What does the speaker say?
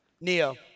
Neo